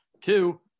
Two